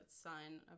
sign